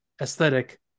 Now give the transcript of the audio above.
aesthetic